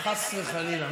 חס וחלילה.